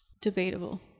Debatable